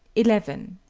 eleven.